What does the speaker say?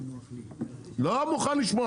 לא מוכן לשמוע.